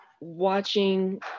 watching